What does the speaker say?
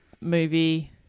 movie